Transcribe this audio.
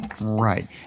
right